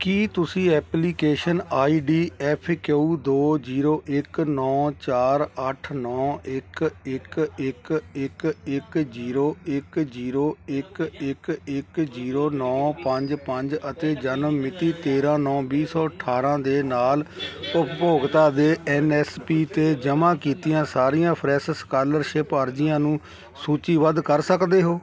ਕੀ ਤੁਸੀਂ application I D F Q ਦੋ zero ਇੱਕ ਨੌਂ ਚਾਰ ਅੱਠ ਨੌਂ ਇੱਕ ਇੱਕ ਇੱਕ ਇੱਕ ਇੱਕ ਜੀਰੋ ਇੱਕ ਜੀਰੋ ਇੱਕ ਇੱਕ ਇੱਕ ਜੀਰੋ ਨੌਂ ਪੰਜ ਪੰਜ ਅਤੇ ਜਨਮ ਮਿਤੀ ਤੇਰ੍ਹਾਂ ਨੌਂ ਵੀਹ ਸੌ ਅਠਾਰ੍ਹਾਂ ਦੇ ਨਾਲ ਉਪਭੋਗਤਾ ਦੇ ਐਨ ਐਸ ਪੀ 'ਤੇ ਜਮ੍ਹਾਂ ਕੀਤੀਆਂ ਸਾਰੀਆਂ ਫਰੈਸ਼ ਸਕਾਲਰਸ਼ਿਪ ਅਰਜ਼ੀਆਂ ਨੂੰ ਸੂਚੀਬੱਧ ਕਰ ਸਕਦੇ ਹੋ